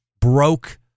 broke